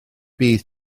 bydd